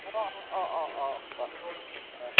অঁ অঁ অঁ অঁ অঁ বাৰু অঁ